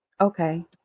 Okay